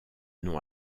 nom